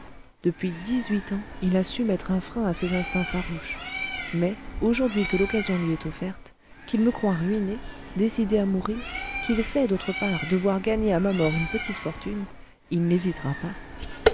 depuis dix-huit ans il a su mettre un frein à ses instincts farouches mais aujourd'hui que l'occasion lui est offerte qu'il me croit ruiné décidé à mourir qu'il sait d'autre part devoir gagner à ma mort une petite fortune il n'hésitera pas